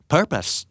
Purpose